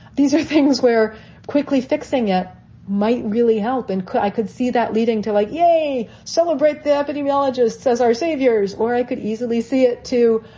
these are things we're quickly fixing. it might really help. and i could see that leading to like, yay, celebrate the epidemiologists as our saviors. or i could easily see it, too.